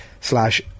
slash